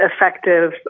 effective